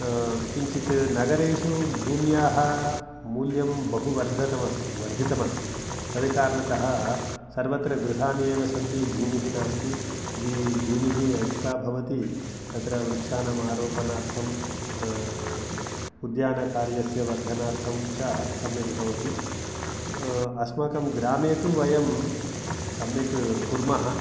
किञ्चित् नगरेषु भूम्याः मूल्यं बहुवर्धनमस्ति वर्धितमस्ति अतः कारणतः सर्वत्र गृहाणि एव सन्ति भूमिः नास्ति यदी भूमिः अधिका भवति तत्र वृक्षाणां अरोपणार्थं उद्यानकार्यस्य वर्धनार्थं च सम्यक् भवति अस्माकं ग्रामे तु वयं सम्यक् कुर्मः